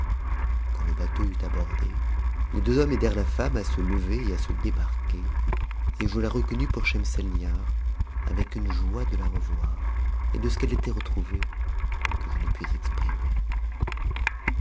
quand le bateau eut abordé les deux hommes aidèrent la femme à se lever et à se débarquer et je la reconnus pour schemselnihar avec une joie de la revoir et de ce qu'elle était retrouvée que je ne puis exprimer